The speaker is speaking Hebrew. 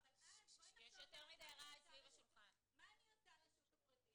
אבל אז בואי נחשוב: מה אני עושה לשוק הפרטי?